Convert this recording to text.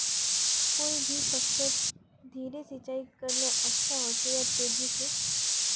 कोई भी फसलोत धीरे सिंचाई करले अच्छा होचे या तेजी से?